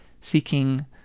seeking